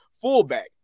fullback